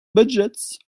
budgets